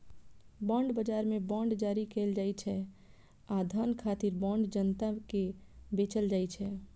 bond बाजार मे bond जारी कैल जाइ छै आ धन खातिर बांड जनता कें बेचल जाइ छै